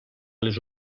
les